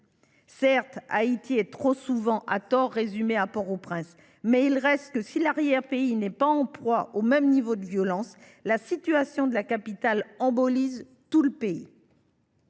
tort que Haïti est trop souvent résumé à Port au Prince, mais il n’en reste pas moins que, si l’arrière pays n’est pas en proie au même niveau de violence, la situation de la capitale embolise tout le pays.